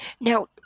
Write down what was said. Now